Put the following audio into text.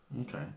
Okay